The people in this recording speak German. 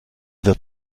wird